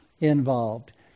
involved